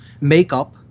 makeup